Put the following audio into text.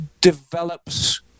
develops